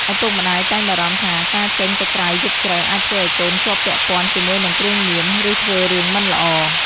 ឪពុកម្តាយតែងបារម្ភថាការចេញទៅក្រៅយប់ជ្រៅអាចធ្វើឱ្យកូនជាប់ពាក់ព័ន្ធជាមួយនឹងគ្រឿងញៀន ឬធ្វើរឿងមិនល្អ។